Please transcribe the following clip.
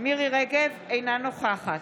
מירי מרים רגב, אינה נוכחת